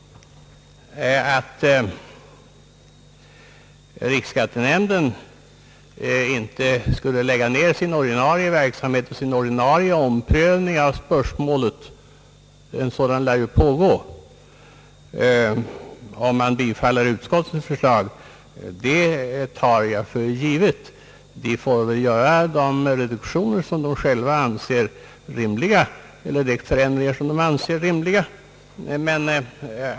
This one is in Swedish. Att riksskattenämnden inte skulle lägga ned sin ordinarie verksamhet och sin ordinarie prövning av spörsmålet — sådan den för närvarande pågår — om riksdagen bifaller utskottets förslag, tar jag för givet. Riksskattenämnden får väl fortsätta att göra de reduktioner och förändringar, som nämnden anser rimliga.